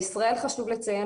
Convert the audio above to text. חשוב לציין,